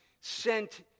sent